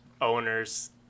owners